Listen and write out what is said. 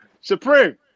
Supreme